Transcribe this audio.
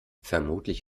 vermutlich